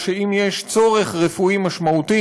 או שאם יש צורך רפואי משמעותי,